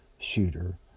shooter